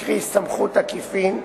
קרי סמכות עקיפין,